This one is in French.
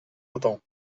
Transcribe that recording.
autant